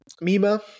Mima